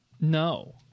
No